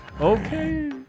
Okay